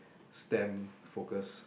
stamp focus